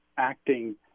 acting